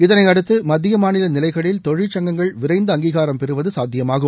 இதளையடுத்து மத்திய மாநிலை நிலைகளில் தொழிற்சங்கங்கள் விரைந்த அங்கீகாரம் பெறுவது சாத்தியமாகும்